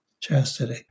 chastity